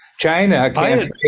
China